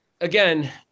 again